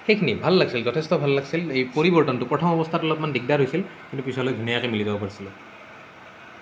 সেইখিনি ভাল লাগিছিল যথেষ্ট ভাল লাগিছিল সেই পৰিৱৰ্তনটো প্ৰথম অৱস্থাত অলপমান দিগদাৰ হৈছিল কিন্তু পিছলৈ ধুনীয়াককৈ মিলি যাব পাৰিছিলোঁ